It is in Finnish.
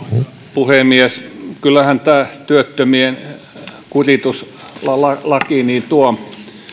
puhemies kyllähän tämä työttömien kurituslaki tuo